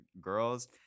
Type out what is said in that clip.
girls